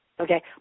Okay